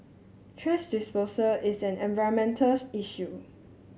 thrash disposal is an environmental issue